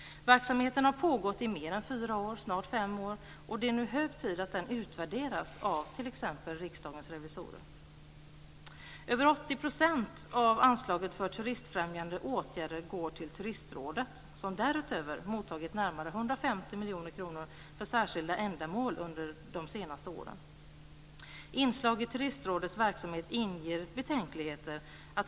Verksamheten har pågått i mer än fyra år, snart i fem år, och det är nu hög tid att den utvärderas av t.ex. Riksdagens revisorer. Över 80 % av anslaget för turistfrämjande åtgärder går till Turistrådet, som därutöver mottagit närmare 150 miljoner kronor för särskilda ändamål under de senaste åren. Inslag i Turistrådets verksamhet inger betänkligheter.